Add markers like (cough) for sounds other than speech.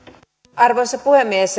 arvoisa puhemies (unintelligible)